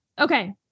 okay